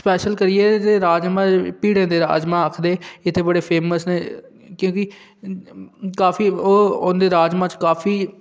special करियै ते राजमांह् पीढ़ै दे राजमांह् आखदे इत्थै बड़े फेमस न क्योंकि काफी ओह् उं'दे राजमांह् च काफी